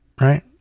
right